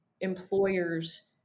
employers